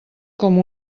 com